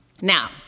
Now